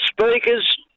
speakers